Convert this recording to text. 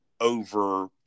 over